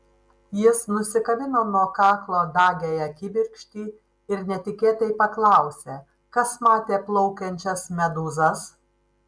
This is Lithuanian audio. jis nusikabino nuo kaklo dagiąją kibirkštį ir netikėtai paklausė kas matė plaukiančias medūzas